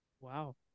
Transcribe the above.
Wow